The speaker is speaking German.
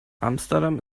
amsterdam